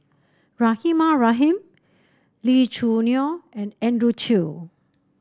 Rahimah Rahim Lee Choo Neo and Andrew Chew